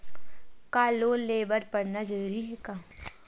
का लोन ले बर पढ़ना जरूरी हे का?